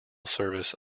service